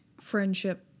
friendship